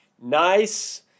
Nice